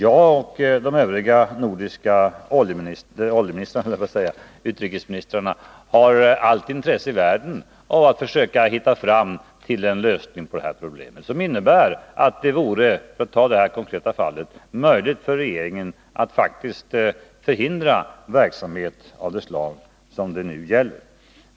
Jag och de övriga nordiska utrikesministrarna har allt intresse i världen av att försöka hitta fram till en lösning på detta problem vilken innebär att det vore möjligt för regeringarna att faktiskt förhindra viss verksamhet på grund av anknytning till Sydafrika.